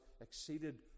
exceeded